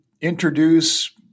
introduce